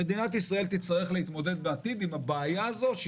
מדינת ישראל תצטרך להתמודד בעתיד עם הבעיה הזאת.